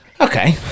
okay